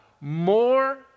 more